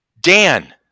Dan